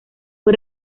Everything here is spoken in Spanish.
fue